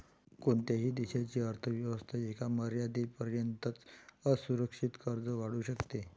कोणत्याही देशाची अर्थ व्यवस्था एका मर्यादेपर्यंतच असुरक्षित कर्ज वाढवू शकते